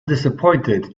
disappointed